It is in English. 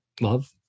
love